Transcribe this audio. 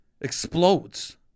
Explodes